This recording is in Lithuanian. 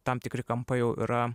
tam tikri kampai jau yra